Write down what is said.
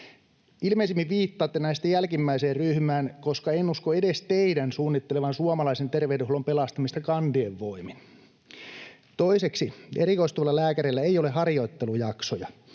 Ilmeisimmin viittaatte näistä jälkimmäiseen ryhmään, koska en usko edes teidän suunnittelevan suomalaisen terveydenhuollon pelastamista kandien voimin. Toiseksi: Erikoistuvilla lääkäreillä ei ole harjoittelujaksoja,